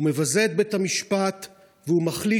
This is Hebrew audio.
הוא מבזה את בית המשפט והוא מחליש